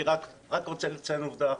אני רק רוצה לציין עובדה אחת,